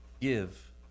Give